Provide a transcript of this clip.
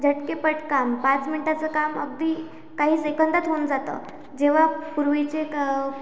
झटके पट काम पाच मिनिटाचं काम अगदी काही सेकंदात होऊन जातं जेव्हा पूर्वीचे क